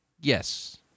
Yes